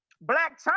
Black